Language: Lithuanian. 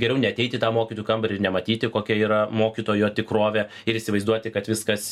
geriau neateit į tą mokytojų kambarį ir nematyti kokia yra mokytojo tikrovė ir įsivaizduoti kad viskas